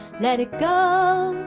let it go,